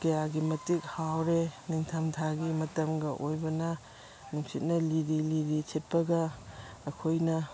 ꯀꯌꯥꯒꯤ ꯃꯇꯤꯛ ꯍꯥꯎꯔꯦ ꯅꯤꯡꯊꯝ ꯊꯥꯒꯤ ꯃꯇꯝꯒ ꯑꯣꯏꯕꯅ ꯅꯨꯡꯁꯤꯠꯅ ꯂꯤꯔꯤ ꯂꯤꯔꯤ ꯁꯤꯠꯄꯒ ꯑꯩꯈꯣꯏꯅ